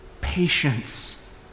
patience